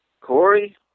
Corey